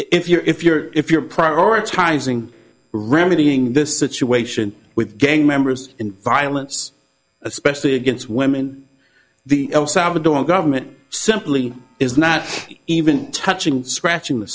if you're if you're if you're prioritizing remedying this situation with gang members in violence especially against women the el salvador government simply is not even touching scratching the